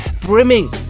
brimming